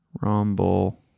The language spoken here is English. Rumble